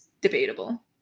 debatable